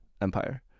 empire